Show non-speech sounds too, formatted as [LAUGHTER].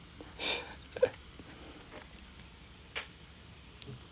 [LAUGHS]